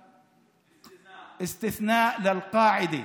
(מתרגם דבריו לערבית)